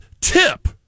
tip